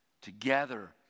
Together